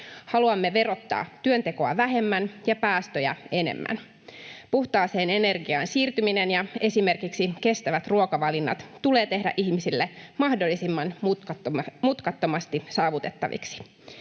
Haluamme verottaa työntekoa vähemmän ja päästöjä enemmän. Puhtaaseen energiaan siirtyminen ja esimerkiksi kestävät ruokavalinnat tulee tehdä ihmisille mahdollisimman mutkattomasti saavutettaviksi.